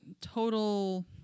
total